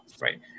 right